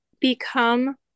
become